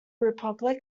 republic